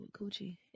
coochie